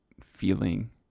feeling